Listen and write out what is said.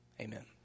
Amen